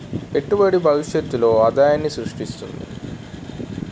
పెట్టుబడి భవిష్యత్తులో ఆదాయాన్ని స్రృష్టిస్తుంది